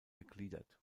gegliedert